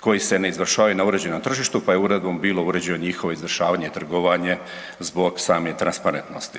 koji se izvršavaju na uređenom tržištu pa je uredbom bilo uređeno njihovo izvršavanje i trgovanje zbog same transparentnosti.